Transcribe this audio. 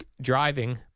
driving